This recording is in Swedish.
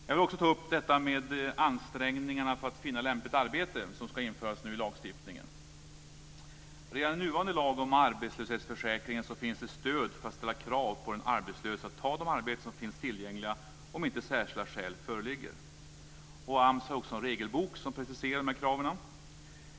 Jag vill också ta upp detta med ansträngningarna att finna lämpligt arbete. Det ska nu införas i lagstiftningen. Redan i nuvarande lag om arbetslöshetsförsäkringen finns det stöd för att ställa krav på de arbetslösa att ta de arbeten som finns tillgängliga om inte särskilda skäl föreligger. AMS har också en regelbok som preciserar de här kraven.